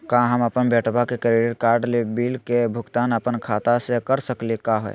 का हम अपन बेटवा के क्रेडिट कार्ड बिल के भुगतान अपन खाता स कर सकली का हे?